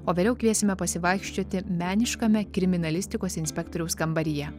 o vėliau kviesime pasivaikščioti meniškame kriminalistikos inspektoriaus kambaryje